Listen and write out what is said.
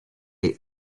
est